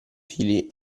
fili